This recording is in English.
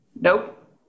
Nope